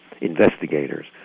investigators